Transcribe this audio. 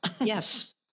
Yes